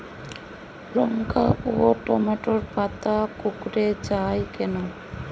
লঙ্কা ও টমেটোর পাতা কুঁকড়ে য়ায় কেন?